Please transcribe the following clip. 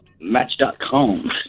Match.com